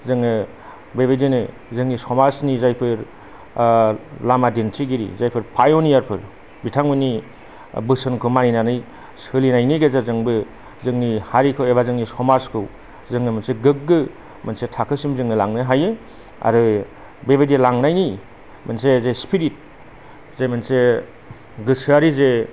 जोङो बेबायदियानो जोंनि समाजनि जायफोर लामा दिन्थिगिरि जायफोर पायनियारफोर बिथांमोननि बोसोनखौ मानिनानै सोलिनायनि गेजेरजोंबो जोंनि हारिखौ एबा जोंनि समाजखौ जोङो मोनसे गोगो जोङो मोनसे थाखोसिम जोङो लांनो हायो आरो बेबायदि लांनायनि मोनसे जे स्पिरिट जे मोनसे गोसोआरि जे